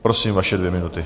Prosím, vaše dvě minuty.